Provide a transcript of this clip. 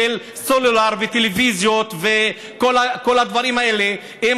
של סלולר וטלוויזיות וכל הדברים האלה הם